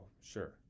sure